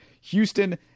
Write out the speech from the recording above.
Houston